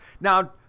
Now